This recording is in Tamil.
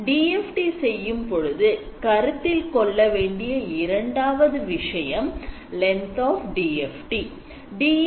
DFT செய்யும்பொழுது கருத்தில் கொள்ள வேண்டிய இரண்டாவது விஷயம் length of DFT